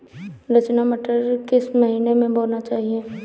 रचना मटर किस महीना में बोना चाहिए?